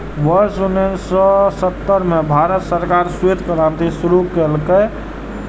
वर्ष उन्नेस सय सत्तर मे भारत सरकार श्वेत क्रांति शुरू केलकै